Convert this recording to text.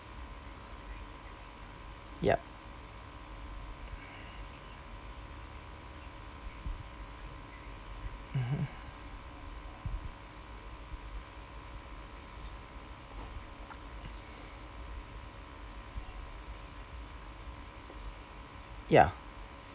yup mmhmm ya